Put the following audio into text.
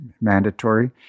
mandatory